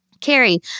Carrie